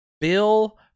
Bill